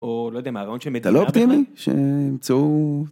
‫או לא יודע, מהרעיון של מדינת? ‫-אתה לא אופטימי? שימצאו